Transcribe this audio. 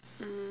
mm